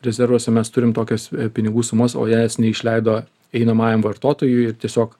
rezervuose mes turim tokias pinigų sumos o jas neišleido einamajam vartotojui tiesiog